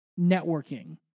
networking